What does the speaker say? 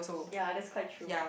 ya that's quite true